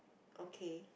okay